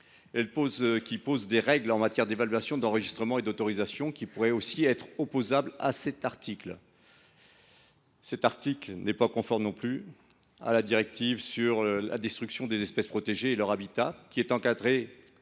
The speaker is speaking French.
laquelle pose des règles en matière d’évaluation, d’enregistrement et d’autorisation qui pourraient aussi être opposables à cet article. Cet article n’est pas non plus conforme à la directive sur la destruction des espèces protégées et de leurs habitats, laquelle